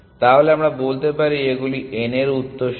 তাহলে আমরা বলতে পারি এগুলি n এর উত্তরসূরি